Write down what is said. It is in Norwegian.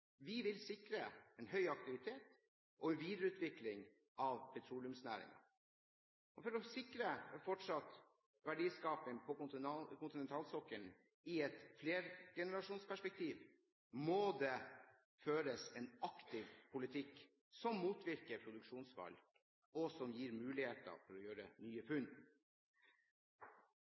Vi vil sikre en høy aktivitet og en videreutvikling av petroleumsnæringen. For å sikre fortsatt verdiskapning på kontinentalsokkelen i et flergenerasjonsperspektiv må det føres en aktiv politikk som motvirker produksjonsfall og som gir muligheter for å gjøre nye funn.